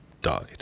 died